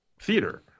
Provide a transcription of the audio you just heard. theater